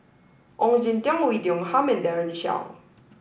Ong Jin Teong Oei Tiong Ham and Daren Shiau